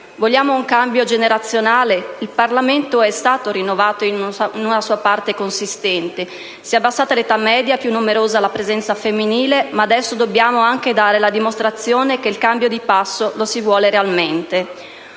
Vogliamo un cambio generazionale? Il Parlamento è stato rinnovato in una sua parte consistente: si è abbassata l'età media, è più numerosa la presenza femminile, ma adesso dobbiamo anche dare la dimostrazione che il cambio di passo lo si vuole realmente!